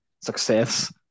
success